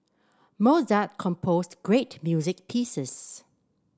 Mozart composed great music pieces